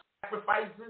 sacrifices